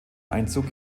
einzug